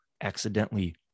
accidentally